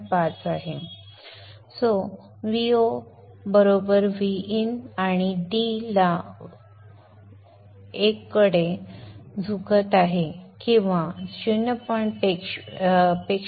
5 आहे Vo समान आहे Vin आणि d ला 1 कडे झुकत आहे किंवा 0